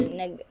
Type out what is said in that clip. nag